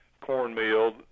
cornmeal